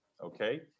okay